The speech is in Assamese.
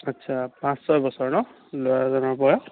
আচ্ছা পাঁচ ছয় বছৰ ন ল'ৰাজনৰ বয়স